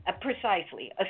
Precisely